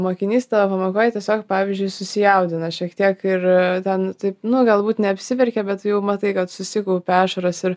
mokinys pamokoj tiesiog pavyzdžiui susijaudina šiek tiek ir ten taip nu galbūt neapsiverkia bet jau matai kad susikaupė ašaros ir